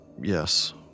Yes